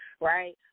right